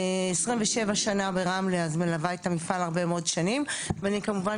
27 שנה ברמלה אז מלווה את המפעל הרבה מאוד שנים ואני כמובן